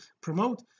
promote